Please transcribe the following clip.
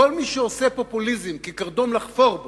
וכל מי שעושה פופוליזם כקרדום לחפור בו,